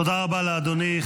תודה רבה לאדוני.